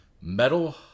Metal